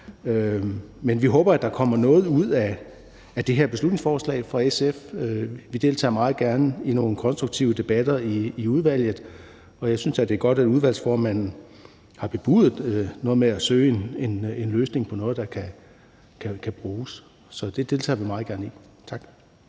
Vi håber, at der kommer noget ud af det her beslutningsforslag fra SF's side, og vi deltager meget gerne i nogle konstruktive debatter i udvalget. Jeg synes, det er godt, at udvalgsformanden har bebudet noget med at søge en løsning, der kan bruges, så det deltager vi meget gerne i. Tak.